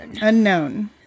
Unknown